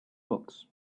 books